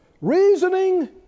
Reasoning